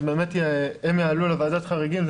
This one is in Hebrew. אז באמת הם יעלו לוועדת חריגים,